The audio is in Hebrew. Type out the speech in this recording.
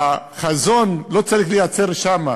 החזון לא צריך להיעצר שם.